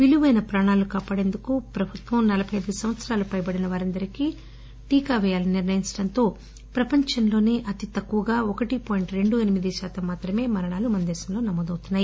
విలువైన ప్రాణాలను కాపాడేందుకు ప్రభుత్వం నలబై అయిదు సంవత్సరాలు పైబడిన వారందరికీ టీకా పేయాలని నిర్ణయించడంతో ప్రపంచంలోసే అతి తక్కువగా ఒకటి పాయింట్ రెండు ఎనిమిది శాతం మాత్రమే మరణాలు మనదేశంలో నమోదవుతున్నాయి